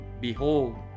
Behold